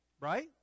Right